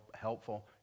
helpful